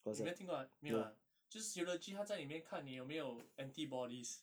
你有没有听过啊没有啊就是 serology 他在里面看你有没有 antibodies